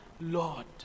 Lord